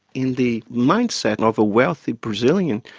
in the mindset of a wealthy brazilian,